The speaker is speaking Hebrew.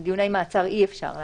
לפי הנוסח שקיים כרגע?